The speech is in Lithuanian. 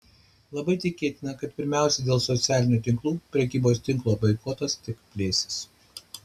labai tikėtina kad pirmiausia dėl socialinių tinklų prekybos tinklo boikotas tik plėsis